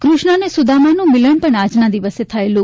કૃષ્ણ અને સુદામાનું મિલન પણ આજના દિવસે થયેલું